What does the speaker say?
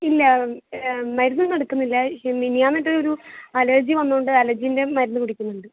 ഇല്ല മരുന്നൊന്നും എടുക്കുന്നില്ല മിനിഞ്ഞാന്ന് ഇതൊരു അലർജി വന്നതുകൊണ്ട് അലർജീൻ്റെ മരുന്ന് കുടിക്കുന്നുണ്ട്